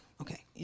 okay